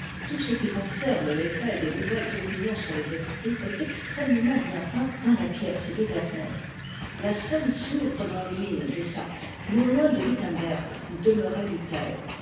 tout ce qui concerne l'effet des nouvelles opinions sur les esprits est extrêmement bien peint dans la pièce de werner la scène s'ouvre dans les mines de saxe non loin de wittemberg où demeurait luther